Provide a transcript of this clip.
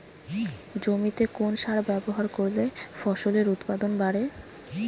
জমিতে কোন সার ব্যবহার করলে ফসলের উৎপাদন বাড়ে?